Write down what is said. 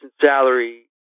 salary